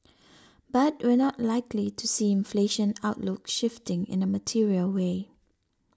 but we're not likely to see inflation outlook shifting in a material way